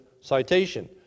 citation